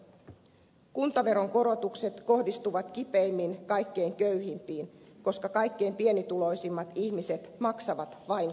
kuntaveron korotukset kohdistuvat kipeimmin kaikkein köyhimpiin koska kaikkein pienituloisimmat ihmiset maksavat vain kuntaveroa